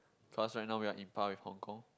cause right now we are in par with Hong Kong